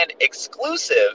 exclusive